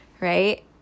right